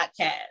podcast